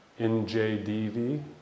NJDV